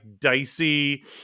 dicey